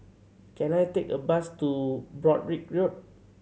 can I take a bus to Broadrick Road